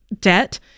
debt